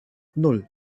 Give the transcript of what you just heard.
nan